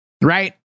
right